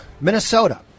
Minnesota